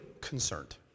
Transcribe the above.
concerned